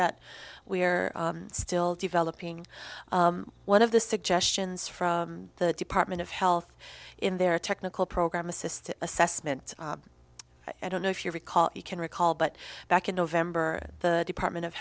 that we are still developing one of the suggestions from the department of health in their technical program assisted assessment i don't know if you recall you can recall but back in november the department of